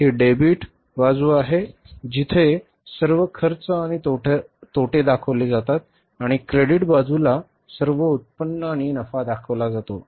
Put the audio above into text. ही debit बाजू आहे जिथे सर्व खर्च आणि तोटे दाखवले जातात आणि क्रेडिट बाजूला सर्व उत्पन्न आणि नफा दाखवला जातो